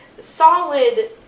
Solid